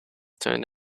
turned